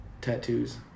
tattoos